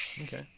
okay